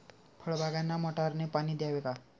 फळबागांना मोटारने पाणी द्यावे का?